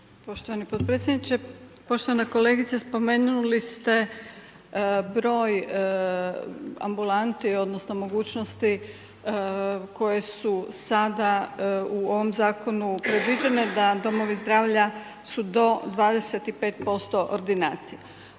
Poštovani potpredsjedniče. Poštovana kolegice, spomenuli ste broj ambulanti odnosno mogućnosti koje su sada u ovom zakonu predviđene da domovi zdravlja su do 25% ordinacije.